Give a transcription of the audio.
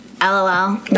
LOL